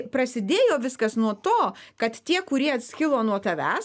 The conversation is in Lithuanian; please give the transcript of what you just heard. prasidėjo viskas nuo to kad tie kurie atskilo nuo tavęs